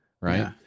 right